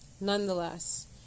Nonetheless